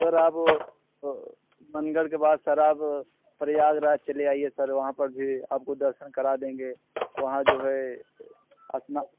sir आप मनगर के बाद सर आप प्रयागराज चले आइए सर यहाँ पर भी आपको दर्शन करा देंगे वहाँ जो है अपना